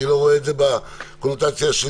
אני לא רואה את זה בקונוטציה השלילית,